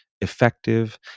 effective